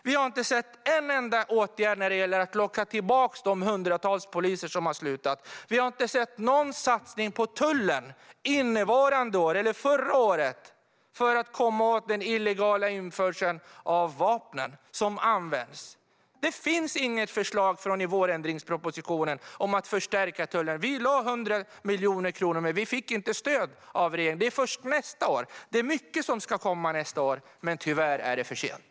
Vi har inte sett en enda åtgärd för att locka tillbaka de hundratals poliser som har slutat. Vi har inte sett någon satsning på tullen innevarande år eller förra året för att komma åt den illegala införseln av de vapen som används. Det finns inget förslag i vårändringspropositionen om att förstärka tullen. Vi lade fram ett förslag om 100 miljoner kronor, men vi fick inte stöd av regeringen. Först nästa år kommer det. Det är mycket som ska komma nästa år, men tyvärr är det för sent.